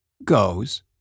Goes